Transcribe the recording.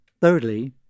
Thirdly